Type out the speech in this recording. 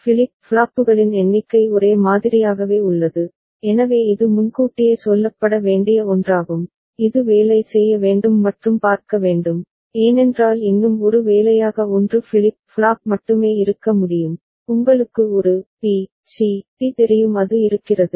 flip ஃப்ளாப்புகளின் எண்ணிக்கை ஒரே மாதிரியாகவே உள்ளது எனவே இது முன்கூட்டியே சொல்லப்பட வேண்டிய ஒன்றாகும் இது வேலை செய்ய வேண்டும் மற்றும் பார்க்க வேண்டும் ஏனென்றால் இன்னும் ஒரு வேலையாக 1 ஃபிளிப் ஃப்ளாப் மட்டுமே இருக்க முடியும் உங்களுக்கு ஒரு பி சி டி தெரியும் அது இருக்கிறது